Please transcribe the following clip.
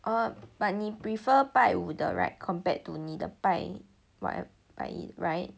err but 你 prefer 拜五的 [right] compared to 你的拜 whatever 拜一 [right]